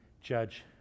judge